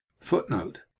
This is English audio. footnote